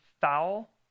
foul